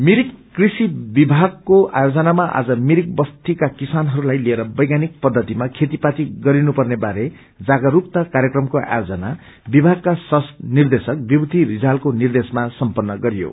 मिरिक मिरिक कृषि विभागको आयोजनामा आज भिरिक बस्तीका किसानहरूलाई लिएर वैज्ञानिक पद्धतिमा खेतीपाती गरिनु पेर्न बारे जागस्कता कार्यक्रमको आयोजना विभागका सह निदेशक विभूति रिजातको निर्देशमा सम्पन्न गरियो